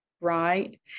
right